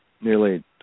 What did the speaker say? nearly